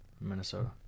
Minnesota